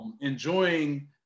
enjoying